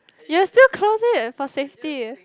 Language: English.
you will still close it for safety